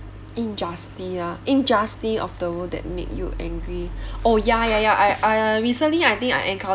injustice injustice of the world that make you angry oh ya ya ya I I uh recently I think I encounter